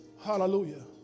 Hallelujah